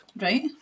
Right